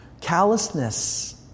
callousness